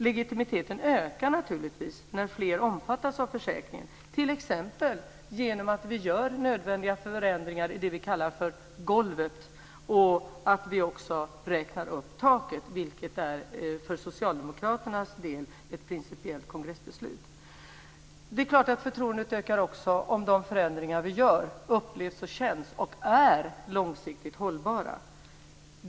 Legitimiteten ökar naturligtvis när fler omfattas av försäkringen, t.ex. genom att vi gör nödvändiga förändringar i det vi kallar för golvet och att vi också räknar upp taket, vilket för socialdemokraternas del är ett principiellt kongressbeslut. Förtroendet ökar också om de förändringar vi gör upplevs och känns och är långsiktigt hållbara.